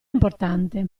importante